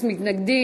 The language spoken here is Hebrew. מי נגד?